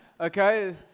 Okay